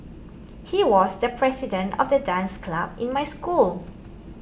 he was the president of the dance club in my school